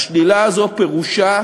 השלילה הזאת פירושה